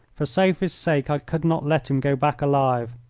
for sophie's sake i could not let him go back alive.